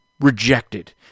rejected